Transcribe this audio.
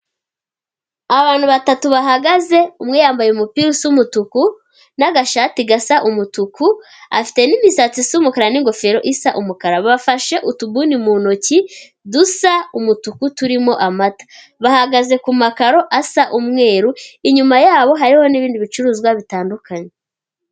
Abantu batatu bahagaze umwe yambaye umupira usa umutuku n'agashati gasa umutuku, afite n'imisatsi isa umukara n'ingofero isa umukara. Bafashe utuguni mu ntoki dusa umutuku turimo amata, bahagaze ku makaro asa umweru, inyuma yabo harihomo n'ibindi bicuruzwa bitandukanye.